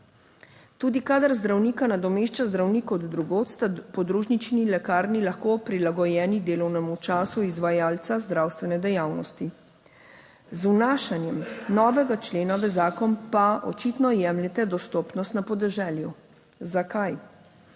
Tudi kadar zdravnika nadomešča zdravnik od drugod, sta podružnični lekarni lahko prilagojeni delovnemu času izvajalca zdravstvene dejavnosti. Z vnašanjem novega člena v zakon pa očitno jemljete dostopnost na podeželju. Zakaj?